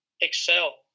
excel